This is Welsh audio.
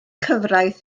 cyfraith